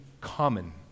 common